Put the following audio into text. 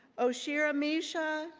os hira-misha,